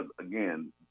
Again